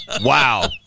Wow